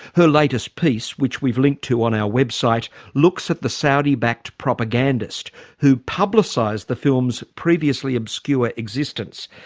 her latest piece, which we've linked to on our website looks at the saudi-backed propagandist who publicised the film's previously obscure existence.